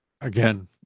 Again